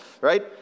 right